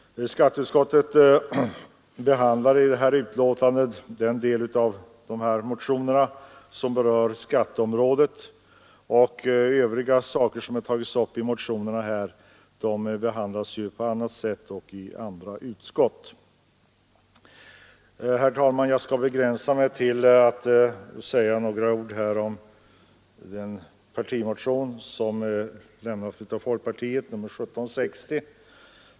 Skatteutskottet behandlar i betänkandet den del av motionerna som berör skatteområdet, medan övriga delar behandlas på annat sätt och i Herr talman! Jag skall begränsa mig till att säga några ord om den partimotion som lämnats av folkpartiet, nr 1760.